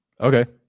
okay